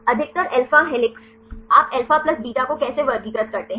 अधिकतर alpha helices आप alpha plus beta को कैसे वर्गीकृत करते हैं